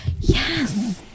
yes